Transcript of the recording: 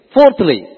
Fourthly